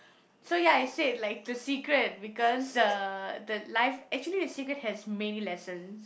so ya I said like the secret because uh the life actually the secret has many lessons